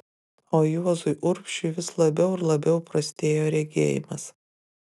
o juozui urbšiui vis labiau ir labiau prastėjo regėjimas